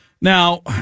Now